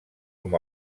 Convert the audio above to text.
com